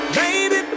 baby